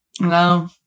No